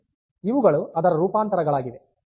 ಇವುಗಳು ಅದರ ರೂಪಾಂತರಗಳಾಗಿವೆ